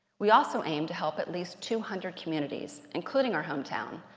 we also aim to help at least two hundred communities, including our hometown,